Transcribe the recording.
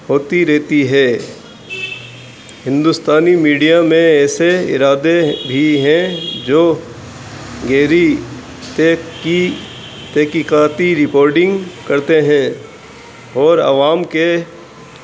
ہوتی رہتی ہے ہندوستانی میڈیا میں ایسے ارادے بھی ہیں جو گیری ت کیی تیکییکاتی رپورڈنگ کرتے ہیں اور عوام کے